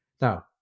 Now